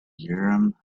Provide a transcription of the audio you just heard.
urim